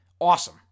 Awesome